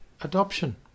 adoption